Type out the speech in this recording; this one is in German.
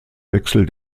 wechsel